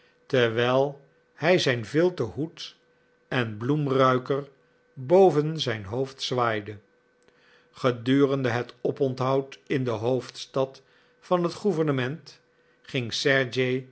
terwijl hij zijn vilten hoed en bloemruiker boven zijn hoofd zwaaide gedurende het oponthoud in de hoofdstad van het gouvernement ging sergej